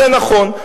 זה נכון.